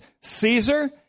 Caesar